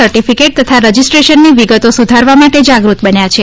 certificate તથા રજીસ્ટ્રેશનની વિગતો સુધારવા માટે જાગૃત બન્યા છે